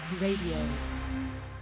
Radio